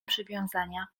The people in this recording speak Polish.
przywiązania